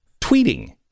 Tweeting